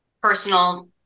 personal